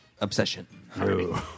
Obsession